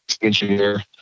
engineer